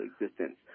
existence